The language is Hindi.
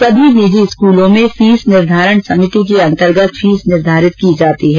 सभी निजी स्कूलों में फीस निर्धारण समिति के तहत फीस निर्धारित की जाती है